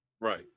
Right